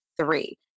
three